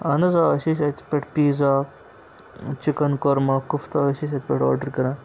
اہن حظ آ أسۍ ٲسۍ اَتہِ پٮ۪ٹھ پیٖزا چِکَن کۄرما کُفتہٕ ٲسۍ أسۍ اَتہِ پٮ۪ٹھ آرڈَر کَران